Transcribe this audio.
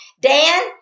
Dan